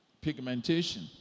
pigmentation